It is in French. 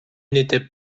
n’était